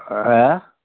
ഏ